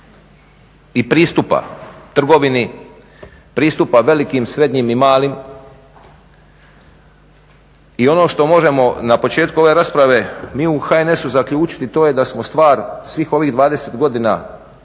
i pristupa trgovini, pristupa velikim, srednjim i malim i ono što možemo na početku ove rasprave mi u HNS-u zaključiti to je da smo stvar svih ovih 20 godina kada